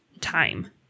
time